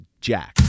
Jack